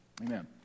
Amen